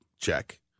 Check